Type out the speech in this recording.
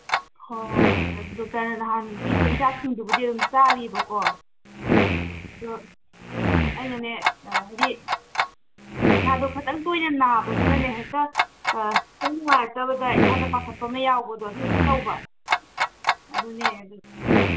ꯍꯣ ꯍꯣ ꯍꯣꯏ ꯗꯣꯛꯇꯔꯅ ꯅꯍꯥꯟ ꯄꯤꯕ ꯍꯤꯗꯥꯛꯁꯤꯡꯗꯨꯕꯨꯗꯤ ꯑꯗꯨꯝ ꯆꯥꯔꯤꯕꯀꯣ ꯑꯗꯣ ꯑꯩꯅꯅꯦ ꯍꯥꯏꯗꯤ ꯏꯁꯥꯗꯣ ꯈꯇꯪ ꯇꯣꯏꯟ ꯅꯥꯕꯅꯤꯅꯅꯦ ꯍꯦꯛꯇ ꯁꯨꯝ ꯅꯨꯡꯉꯥꯏꯔꯛꯇꯕꯗ ꯏꯁꯥꯗ ꯄꯥꯈꯠꯄ ꯑꯃ ꯌꯥꯎꯕꯗꯣ ꯑꯗꯨꯁꯨ ꯇꯧꯕ ꯑꯗꯨꯅꯦ ꯑꯗꯨ